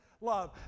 love